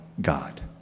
God